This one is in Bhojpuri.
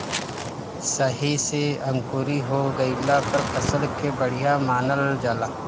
सही से अंकुरी हो गइला पर फसल के बढ़िया मानल जाला